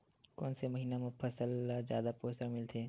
कोन से महीना म फसल ल जादा पोषण मिलथे?